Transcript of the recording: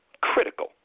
Critical